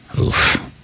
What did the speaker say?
Oof